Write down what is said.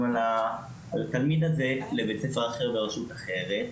על התלמיד הזה לבית ספר אחר ברשות אחרת.